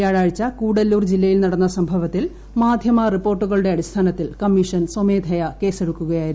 വ്യാഴാഴ്ച കൂടല്ലൂർ ജില്ലയിൽ നടന്ന സംഭവത്തിൽ മാധ്യമ റിപ്പോർട്ടുകളുടെ അടിസ്ഥാനത്തിൽ കമ്മീഷൻ സ്വമേധയാ കേസെടുക്കുകയായിരുന്നു